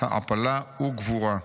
העפלה וגבורה'.